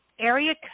area